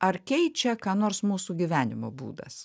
ar keičia ką nors mūsų gyvenimo būdas